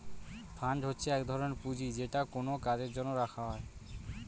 fund হচ্ছে এক ধরনের পুঁজি যেটা কোনো কাজের জন্য রাখা হয়